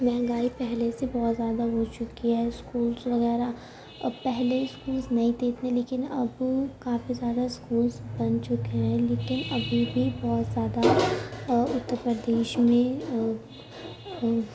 مہنگائی پہلے سے بہت زیادہ ہو چکی ہے اسکولس وغیرہ اب پہلے اسکولس نہیں تھے اتنے لیکن اب کافی سارے اسکولس بن چکے ہیں لیکن ابھی بھی بہت زیادہ اتر پردیش میں